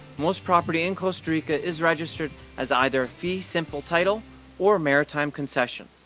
most property in costa rica is registered as either fee simple title or maritime concession.